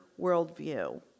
worldview